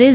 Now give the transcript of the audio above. S